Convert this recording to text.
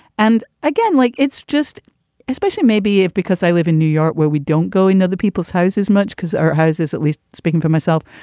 and again, like it's just especially maybe if because i live in new york, where we don't go into other people's houses, much because our houses, at least speaking for myself,